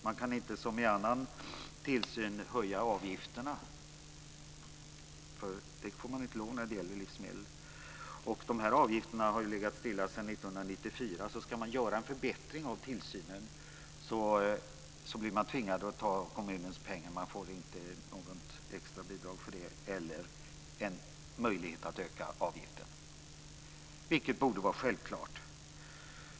Man kan inte som vid annan tillsyn höja avgifterna. Det får man inte göra när det gäller livsmedel. Dessa avgifter har legat stilla sedan 1994. Ska man genomföra en förbättring av tillsynen tvingas man ta av kommunens pengar. Den får inte något extra bidrag eller möjlighet att höja avgiften, vilket borde vara en självklarhet.